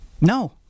No